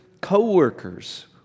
coworkers